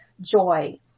joy